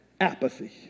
apathy